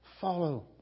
follow